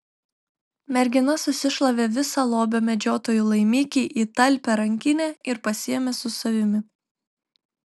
mergina susišlavė visą lobio medžiotojų laimikį į talpią rankinę ir pasiėmė su savimi